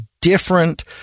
different